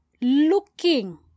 looking